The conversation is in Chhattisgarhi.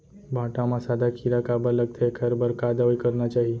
भांटा म सादा कीरा काबर लगथे एखर बर का दवई करना चाही?